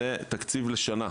זה תקציב לשנה.